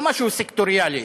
לא משהו סקטוריאלי: